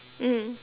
mm